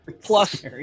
Plus